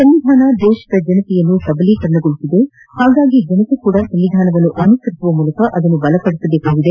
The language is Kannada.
ಸಂವಿಧಾನ ದೇಶದ ಜನರನ್ನು ಸಬಲೀಕರಿಸಿದೆ ಹಾಗಾಗಿ ಜನರು ಸಹ ಸಂವಿಧಾನವನ್ನು ಅನುಸರಿಸುವ ಮೂಲಕ ಅದನ್ನು ಬಲಪಡಿಸಬೇಕಿದೆ